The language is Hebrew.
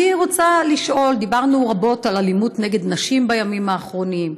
אני רוצה לשאול: דיברנו רבות על אלימות נגד נשים בימים האחרונים,